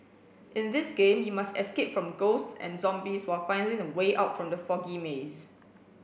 in this game you must escape from ghosts and zombies while finding the way out from the foggy maze